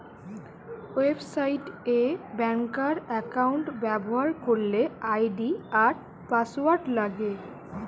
website এ ব্যাংকার account ব্যবহার করলে আই.ডি আর পাসওয়ার্ড লাগে